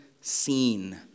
seen